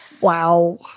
Wow